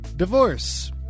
Divorce